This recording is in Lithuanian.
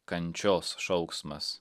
kančios šauksmas